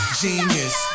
genius